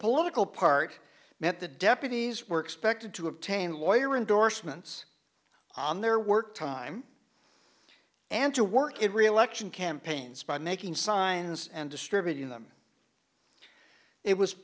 political part met the deputies were expected to obtain lawyer endorsements on their work time and to work it reelection campaigns by making signs and distributing them it was